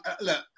Look